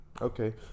Okay